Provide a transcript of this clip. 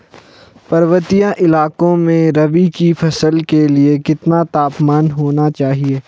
पर्वतीय इलाकों में रबी की फसल के लिए कितना तापमान होना चाहिए?